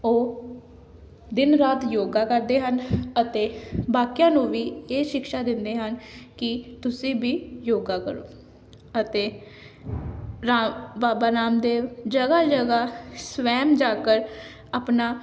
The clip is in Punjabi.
ਉਹ ਦਿਨ ਰਾਤ ਯੋਗਾ ਕਰਦੇ ਹਨ ਅਤੇ ਬਾਕੀਆਂ ਨੂੰ ਵੀ ਇਹ ਸ਼ਿਕਸ਼ਾ ਦਿੰਦੇ ਹਨ ਕਿ ਤੁਸੀਂ ਵੀ ਯੋਗਾ ਕਰੋ ਅਤੇ ਰਾ ਬਾਬਾ ਰਾਮਦੇਵ ਜਗ੍ਹਾ ਜਗ੍ਹਾ ਸਵੈਮ ਜਾਕਰ ਆਪਣਾ